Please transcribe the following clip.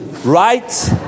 Right